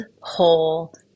Whole